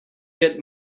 get